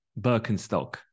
Birkenstock